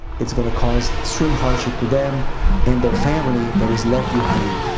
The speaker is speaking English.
it's going to cause extreme hardship to them and their family that is left behind.